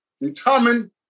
determined